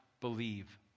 believe